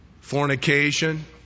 fornication